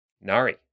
Nari